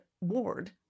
ward